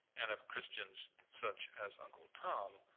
and of christians such as uncle tom,